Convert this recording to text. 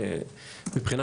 מבחינה